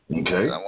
Okay